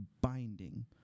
Binding